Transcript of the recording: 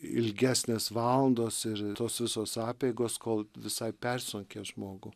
ilgesnės valandos ir tos visos apeigos kol visai persunkia žmogų